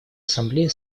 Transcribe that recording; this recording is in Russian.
ассамблея